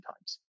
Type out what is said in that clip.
times